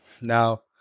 Now